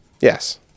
yes